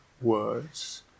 words